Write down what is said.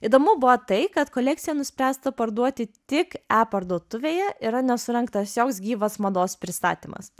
įdomu buvo tai kad kolekciją nuspręsta parduoti tik e parduotuvėje yra nesurengtas joks gyvas mados pristatymas